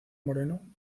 moreno